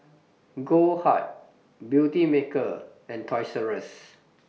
Goldheart Beautymaker and Toys Rus